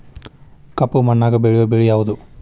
ಕಪ್ಪು ಮಣ್ಣಾಗ ಬೆಳೆಯೋ ಬೆಳಿ ಯಾವುದು?